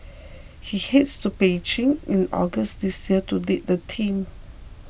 he heads to Beijing in August this year to lead the team